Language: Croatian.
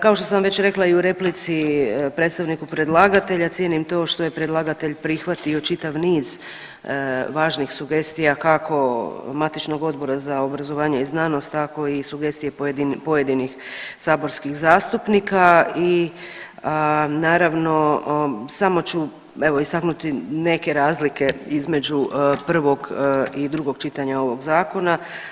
Kao što sam već rekla i u replici predstavniku predlagatelja cijenim to što je predlagatelj prihvatio čitav niz važnih sugestija kako matičnog Odbora za obrazovanje i znanost tako i sugestije pojedinih saborskih zastupnika i naravno samo ću evo istaknuti neke razlike između prvog i drugog čitanja ovog zakona.